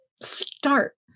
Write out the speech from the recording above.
start